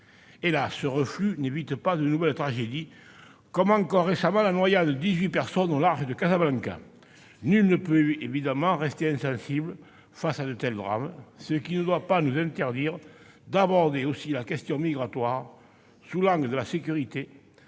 Hélas, ce reflux n'évite pas de nouvelles tragédies comme, encore récemment, la noyade de dix-huit personnes au large de Casablanca. Nul ne peut évidemment rester insensible face à de tels drames, ce qui ne doit pas nous interdire d'aborder aussi la question migratoire sous l'angle de la sécurité,